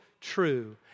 true